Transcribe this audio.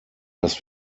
dass